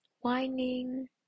whining